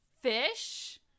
fish